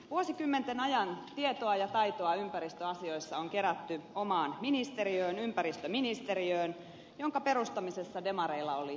vuosikymmenten ajan tietoa ja taitoa ympäristöasioissa on kerätty omaan ministeriöön ympäristöministeriöön jonka perustamisessa demareilla oli vahva rooli